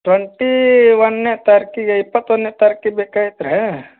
twenty ಒಂದನೇ ತಾರೀಕಿಗೆ ಇಪ್ಪತ್ತ ಒಂದನೇ ತಾರೀಕಿಗೆ ಬೇಕಾಗಿತ್ತು ರೀ